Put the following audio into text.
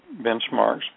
benchmarks